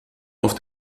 auf